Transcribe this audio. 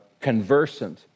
conversant